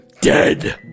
Dead